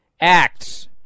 acts